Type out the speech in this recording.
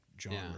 genre